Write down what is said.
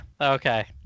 okay